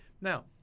Now